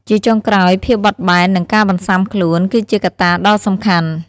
ជាចុងក្រោយ ភាពបត់បែន និងការបន្ស៊ាំខ្លួន គឺជាកត្តាដ៏សំខាន់។